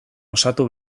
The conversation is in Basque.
osatu